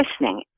listening